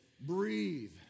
breathe